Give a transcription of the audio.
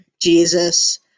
Jesus